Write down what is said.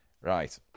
Right